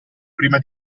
prima